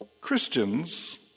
Christians